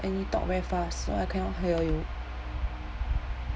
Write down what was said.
and you talk very fast I can not hear you